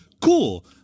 cool